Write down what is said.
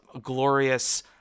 glorious